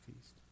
feast